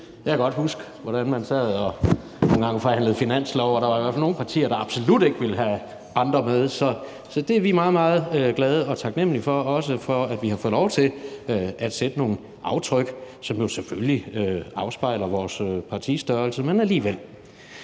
Jeg kan godt huske, hvordan man dengang sad og forhandlede finanslove, og der var i hvert fald nogle partier, der absolut ikke ville have andre med. Så det er vi meget, meget glade og taknemlige for – også for, at vi har fået lov til at sætte nogle aftryk, som jo selvfølgelig afspejler vores partistørrelse, men alligevel.